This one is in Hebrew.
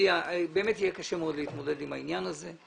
באמת יהיה קשה מאוד להתמודד עם העניין הזה.